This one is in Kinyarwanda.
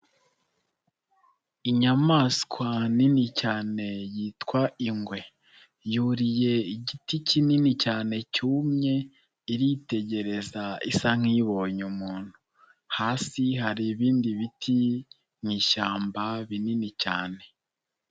Inyamaswa nini cyane yitwa ingwe, yuriye igiti kinini cyane cyumye, iritegereza isa nk'ibonye umuntu, hasi hari ibindi biti, mu ishyamba binini cyane.